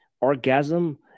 orgasm